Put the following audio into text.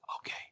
okay